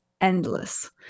endless